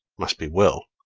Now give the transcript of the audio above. must be will